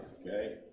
Okay